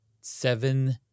seven